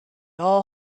all